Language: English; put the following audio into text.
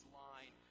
line